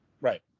Right